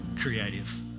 creative